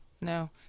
no